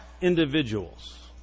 individuals